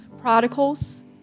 prodigals